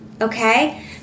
Okay